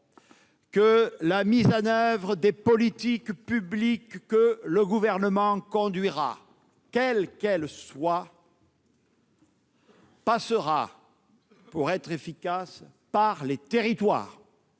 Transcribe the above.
que la mise en oeuvre des politiques publiques que le Gouvernement conduira, quelles qu'elles soient, passera, pour être efficace, par les territoires.